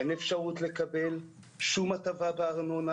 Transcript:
אין אפשרות לקבל שום הטבה בארנונה.